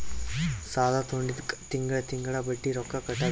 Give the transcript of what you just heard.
ಸಾಲಾ ತೊಂಡಿದ್ದುಕ್ ತಿಂಗಳಾ ತಿಂಗಳಾ ಬಡ್ಡಿ ರೊಕ್ಕಾ ಕಟ್ಟದ್ ಇರ್ತುದ್